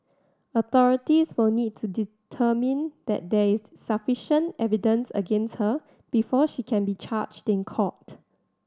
authorities will need to determine that there is sufficient evidence against her before she can be charged in court